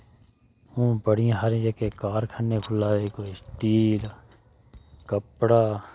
हून बड़ा हारे जेह्के कारखाने खु'ल्ला दे कोई स्टील कपड़ा